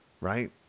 right